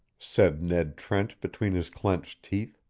said ned trent between his clenched teeth.